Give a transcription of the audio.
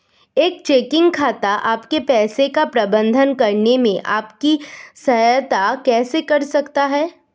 एक चेकिंग खाता आपके पैसे का प्रबंधन करने में आपकी सहायता कैसे कर सकता है?